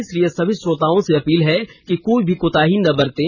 इसलिए सभी श्रोताओं से अपील है कि कोई भी कोताही ना बरतें